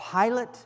Pilate